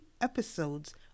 episodes